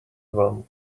won